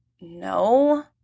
no